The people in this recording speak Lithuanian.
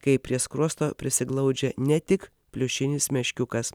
kai prie skruosto prisiglaudžia ne tik pliušinis meškiukas